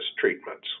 treatments